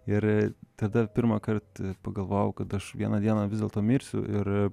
ir tada pirmąkart pagalvojau kad aš vieną dieną vis dėlto mirsiu ir